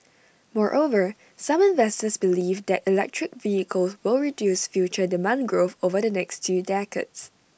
moreover some investors believe that electric vehicles will reduce future demand growth over the next two decades